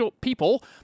people